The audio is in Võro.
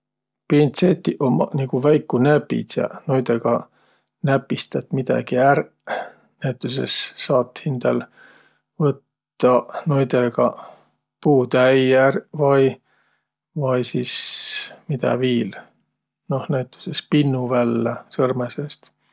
Pintsetiq ummaq nigu väikuq näpidsäq. Noidõga näpistät midägi ärq. Näütüses saat hindäl võttaq näidega puutäi ärq vai. Vai sis midä viil? Noh, näütüses pinnu vällä sõrmõ seest.